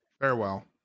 Farewell